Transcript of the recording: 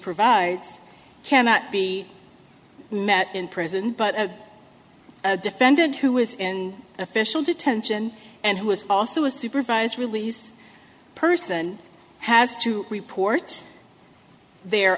provides cannot be met in prison but a defendant who is in official detention and who is also a supervised release person has to report their